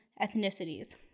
ethnicities